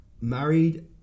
Married